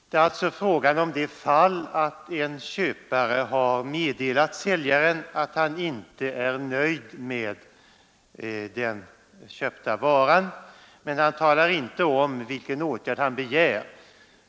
Det är alltså fråga om det fall att en köpare har meddelat säljaren att han inte är nöjd med den köpta varan, men han talar inte om vilken åtgärd han begär.